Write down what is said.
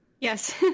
Yes